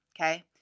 okay